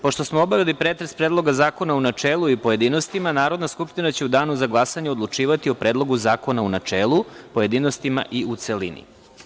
Pošto smo obavili pretres Predloga zakona u načelu i pojedinostima, Narodna skupština će u danu za glasanje odlučivati o Predlogu zakona u načelu, pojedinostima i u celini.